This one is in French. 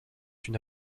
une